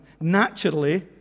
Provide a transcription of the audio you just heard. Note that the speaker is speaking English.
naturally